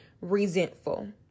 resentful